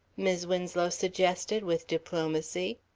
mis' winslow suggested with diplomacy.